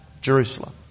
Jerusalem